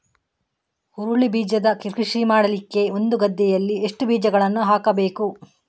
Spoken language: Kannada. ಹುರುಳಿ ಬೀಜದ ಕೃಷಿ ಮಾಡಲಿಕ್ಕೆ ಒಂದು ಗದ್ದೆಯಲ್ಲಿ ಎಷ್ಟು ಬೀಜಗಳನ್ನು ಹಾಕಬೇಕು?